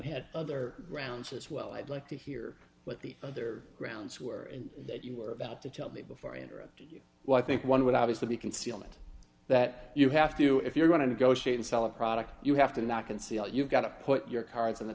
had other grounds as well i'd like to hear what the other grounds were and that you were about to tell me before i interrupted you well i think one would obviously be concealment that you have to if you're going to negotiate and sell a product you have to not conceal you've got to put your cards on the